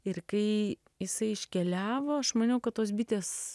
ir kai jisai iškeliavo aš maniau kad tos bitės